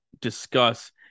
discuss